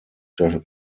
der